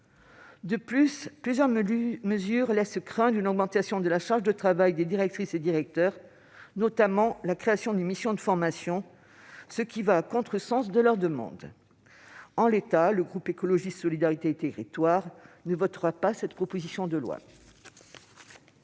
De plus, différentes mesures laissent craindre une augmentation de la charge de travail des directrices et directeurs, notamment la création d'une mission de formation, ce qui va à contresens de leurs demandes. Le groupe Écologiste - Solidarité et Territoires ne votera donc pas cette proposition de loi